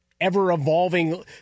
ever-evolving